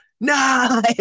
nice